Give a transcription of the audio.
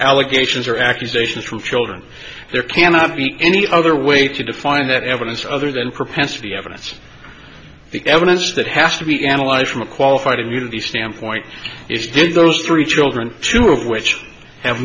allegations or accusations from children there cannot be any other way to define that evidence other than propensity evidence the evidence that has to be analyzed from a qualified immunity standpoint is did those three children two of which have